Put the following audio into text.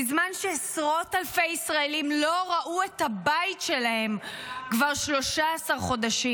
בזמן שעשרות אלפי ישראלים לא ראו את הבית שלהם כבר 13 חודשים,